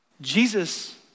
Jesus